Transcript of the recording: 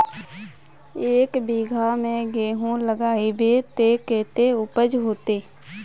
एक बिगहा में गेहूम लगाइबे ते कते उपज होते?